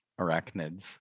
arachnids